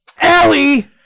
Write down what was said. Ellie